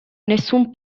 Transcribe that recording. nessun